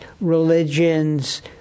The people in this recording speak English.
religions